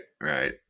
right